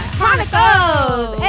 Chronicles